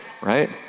right